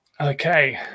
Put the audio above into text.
Okay